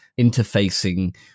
interfacing